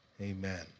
Amen